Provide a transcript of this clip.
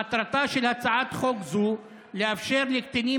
מטרתה של הצעת חוק זו היא לאפשר לקטינים